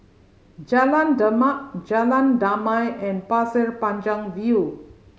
Jalan Demak Jalan Damai and Pasir Panjang View